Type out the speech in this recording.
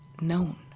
known